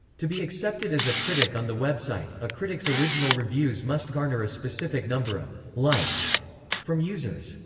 to be accepted as a critic on the website, a critic's original reviews must garner a specific number of likes from users.